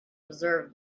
observe